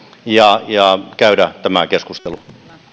ja ja käydä tämä keskustelu